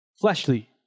fleshly